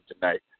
tonight